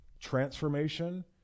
transformation